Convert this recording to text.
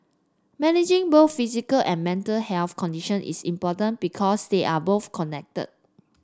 managing both physical and mental health condition is important because they are both connected